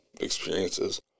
experiences